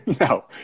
No